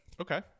Okay